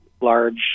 large